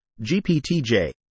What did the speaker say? GPT-J